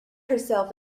herself